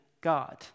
God